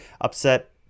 upset